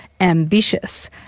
ambitious